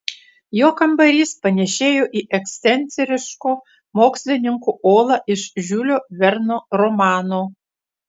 jo kambarys panėšėjo į ekscentriško mokslininko olą iš žiulio verno romano